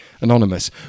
anonymous